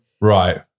Right